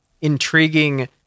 intriguing